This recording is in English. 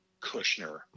Kushner